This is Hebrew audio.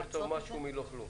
יותר טוב משהו מלא כלום.